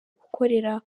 gukorera